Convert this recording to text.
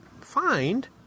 find